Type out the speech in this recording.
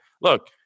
Look